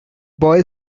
boy